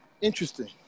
Interesting